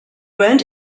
went